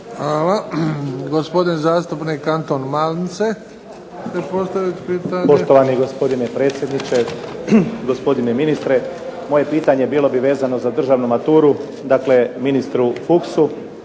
Hvala. Gospodine zastupnik Anton Mance. **Mance, Anton (HDZ)** Poštovani gospodine predsjedniče, gospodine ministre. Moje pitanje bilo bi vezano za državnu maturu, dakle ministru Fuchsu